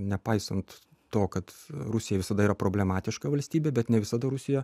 nepaisant to kad rusija visada yra problematiška valstybė bet ne visada rusija